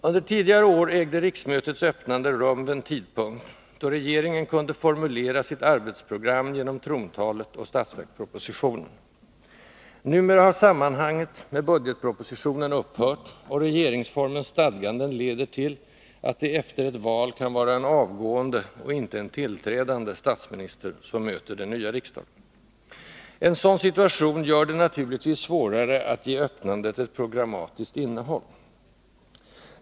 Under tidigare år ägde riksmötets öppnande rum vid en tidpunkt, då regeringen kunde formulera sitt arbetsprogram genom trontalet och statsverkspropositionen. Numera har sambandet med budgetpropositionen upphört, och regeringsformens stadganden leder till att det efter ett val kan vara en avgående, och icke en tillträdande, statsminister som möter den nya riksdagen. En sådan situation gör det naturligtvis svårare att ge öppnandet ett programmatiskt innehåll.